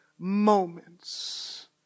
moments